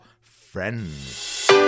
friends